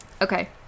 Okay